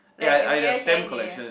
like every year Chinese New Year